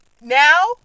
now